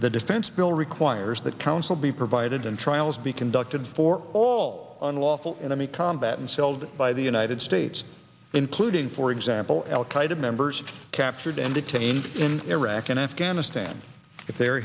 the defense bill requires that counsel be provided in trials be conducted for all unlawful enemy combat and felled by the united states including for example al qaeda members captured and detained in iraq and afghanistan if they